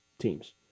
teams